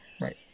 Right